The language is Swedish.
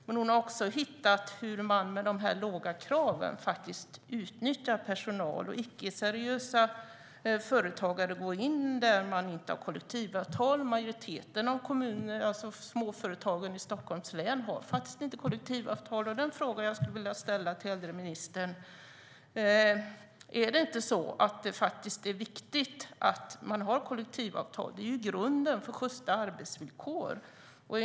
Men Törnquist har även funnit att man på grund av de låga kraven faktiskt utnyttjar personal. Icke-seriösa företagare går in där man inte har kollektivavtal. Majoriteten av småföretagen i Stockholms län har faktiskt inte kollektivavtal. Den fråga jag skulle vilja ställa till barn och äldreministern är om det inte är viktigt att man har kollektivavtal. Det är ju grunden för sjysta arbetsvillkor.